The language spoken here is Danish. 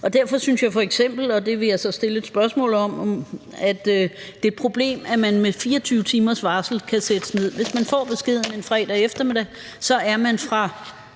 Derfor synes jeg f.eks., og det vil jeg så stille et spørgsmål om, at det er et problem, at man med 24 timers varsel kan sættes ned i tid. Hvis man får beskeden en fredag eftermiddag, er man fra